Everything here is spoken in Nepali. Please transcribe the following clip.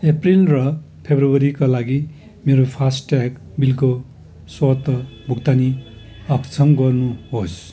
अप्रेल र फेब्रुअरीका लागि मेरो फासट्याग बिलको स्वत भुक्तानी अक्षम गर्नुहोस्